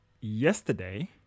yesterday